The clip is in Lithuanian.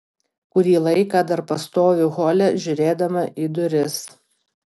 kurį laiką dar pastoviu hole žiūrėdama į duris